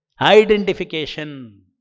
Identification